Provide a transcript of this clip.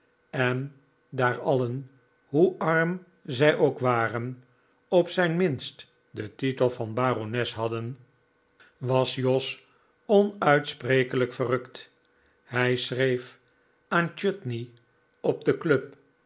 en daar alien hoe arm zij ook waren op zijn minst den titel van barones hadden was jos onuitsprekelijk verrukt hij schreef aan chutney op de club